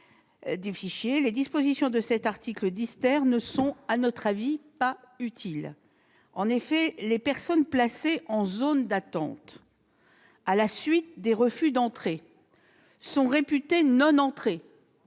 des fichiers, les dispositions de cet article ne nous paraissent pas utiles. En effet, les personnes placées en zone d'attente à la suite des refus d'entrée sont réputées,